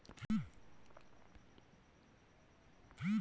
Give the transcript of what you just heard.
खेती को उपजाऊ बनाने के लिए क्या तरीका अपनाना चाहिए?